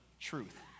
truth